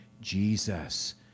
Jesus